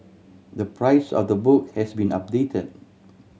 the price of the book has been updated